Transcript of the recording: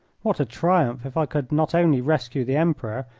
what a triumph if i could not only rescue the emperor,